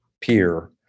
peer